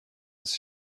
هست